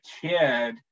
kid